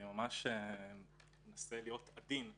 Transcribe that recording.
אני ממש מנסה להיות עדין.